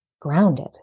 grounded